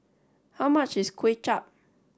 how much is Kuay Chap